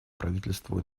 правительству